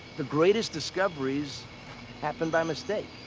the greatest discoveries happen by mistake.